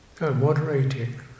Moderating